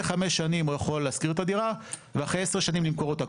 חמש שנים הוא יכול להשכיר את הדירה ואחרי עשר שנים למכור אותה.